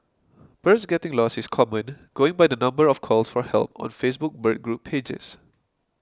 birds getting lost is common going by the number of calls for help on Facebook bird group pages